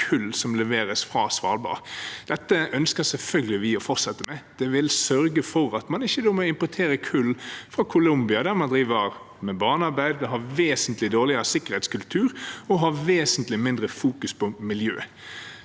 kull som leveres fra Svalbard. Dette ønsker vi selvfølgelig å fortsette med. Det vil sørge for at man ikke må importere kull fra Columbia, der man driver med barnearbeid, har vesentlig dårligere sikkerhetskultur og i vesentlig mindre grad fokuserer på miljø.